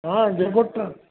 हा जेको ट्र